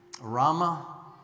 Rama